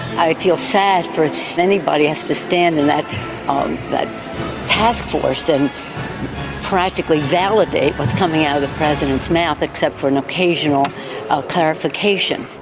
i feel sad for anybody has to stand in that that task force and practically validate what's coming out of the president's mouth, except for an occasional ah clarification.